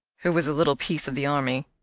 who was a little piece of the army.